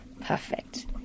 Perfect